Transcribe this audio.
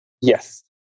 Yes